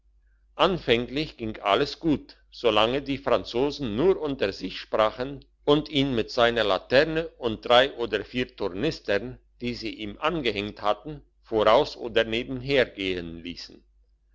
anfänglich ging alles gut solange die franzosen nur unter sich sprachen und ihn mit seiner laterne und drei oder vier tornistern die sie ihm angehängt hatten voraus oder nebenher gehen liessen